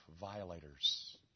violators